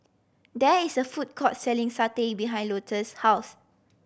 there is a food court selling satay behind Louetta's house